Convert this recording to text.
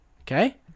Okay